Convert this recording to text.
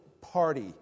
party